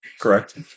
correct